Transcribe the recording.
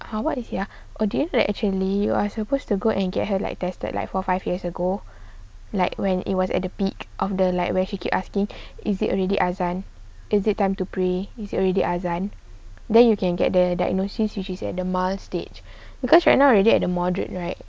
!huh! what is it ah actually you are supposed to go and get her like tested that like for five years ago like when it was at the peak of the light where she keep asking is it already azan is it time to pray is you already azan then you can get their diagnoses which is at the mild stage because right now already at the moderate right